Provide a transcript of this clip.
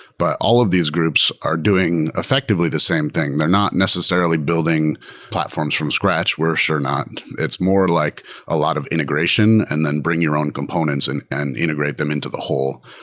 but all of these groups are doing effectively the same thing. they're not necessarily building platforms from scratch. we're sure not. it's more like a lot of integration and then bring your own components and and integrate them into the whole.